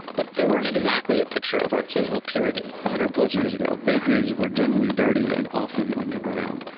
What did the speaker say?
but they weren't exactly a picture of artisanal purity a hundred plus years ago bakeries were generally dirty and often underground,